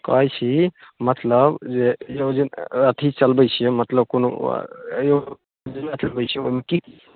कहै छी मतलब जे योजना अथी चलबै छिए मतलब कोनो योजना चलबै छिए ओहिमे कि